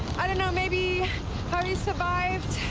i don't know. maybe how he survived.